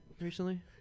recently